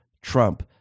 Trump